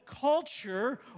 culture